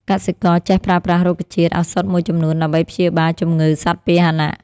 កសិករចេះប្រើប្រាស់រុក្ខជាតិឱសថមួយចំនួន ដើម្បីព្យាបាលជំងឺសត្វពាហនៈ។